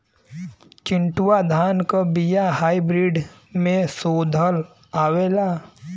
चिन्टूवा धान क बिया हाइब्रिड में शोधल आवेला?